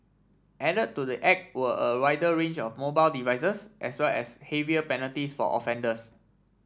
added to the act were a wider range of mobile devices as well as heavier penalties for offenders